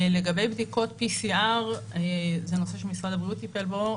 לגבי בדיקות PCR זה נושא שמשרד הבריאות טיפל בו.